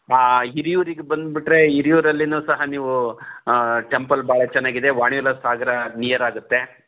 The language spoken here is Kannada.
ಹಾಂ ಹಿರಿಯೂರಿಗೆ ಬಂದುಬಿಟ್ರೆ ಹಿರಿಯೂರಲ್ಲಿಯೂ ಸಹ ನೀವು ಹಾಂ ಟೆಂಪಲ್ ಬಹಳ ಚೆನ್ನಾಗಿದೆ ವಾಣಿವಿಲಾಸ ಸಾಗರ ನಿಯರ್ ಆಗತ್ತೆ